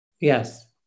yes